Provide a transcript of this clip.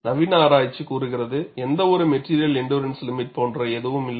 நவீன ஆராய்ச்சி கூறுகிறது எந்தவொரு மெட்டிரியல் எண்டுறன்ஸ் லிமிட் போன்ற எதுவும் இல்லை